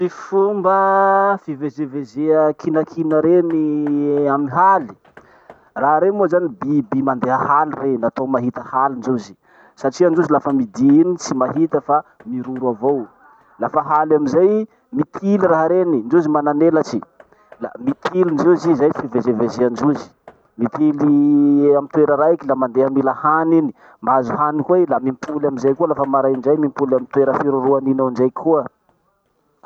Ty fomba fivezevezea kinakina reny amy haly: raha reny moa zany biby mandeha haly rey, natao mahita haly ndrozy, satria ndrozy lafa midi iny tsy mahita fa miroro avao. Lafa haly amizay, mitily raha reny, ndrozy manan'elatry. La mitily ndrozy zay fivezevezeandrozy. Mitily amy toera raiky la mandeha mila hany iny. Mahazo hany koa i la mipoly amizay koa lafa maraindray mipoly amy toera firoroany iny ao indraiky koa.